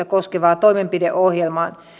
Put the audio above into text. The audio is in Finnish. koskevaa toimenpideohjelmaa